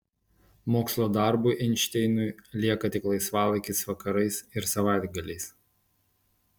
mokslo darbui einšteinui lieka tik laisvalaikis vakarais ir savaitgaliais